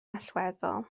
allweddol